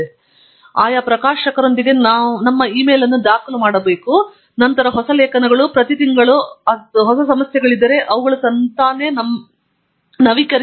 ಆದ್ದರಿಂದ ನಾವು ಆಯಾ ಪ್ರಕಾಶಕರೊಂದಿಗೆ ನಮ್ಮ ಇಮೇಲ್ ಅನ್ನು ದಾಖಲಾಗಬಹುದು ಮತ್ತು ನಂತರ ಹೊಸ ಲೇಖನಗಳು ಅಥವಾ ಪ್ರತಿ ತಿಂಗಳು ಹೊಸ ಸಮಸ್ಯೆಗಳಿದ್ದರೆ ಅವುಗಳು ನಮಗೆ ನಿಜವಾಗಿ ನವೀಕರಿಸಿ